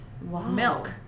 milk